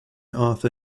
arthur